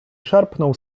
szarpnął